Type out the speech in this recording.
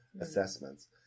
assessments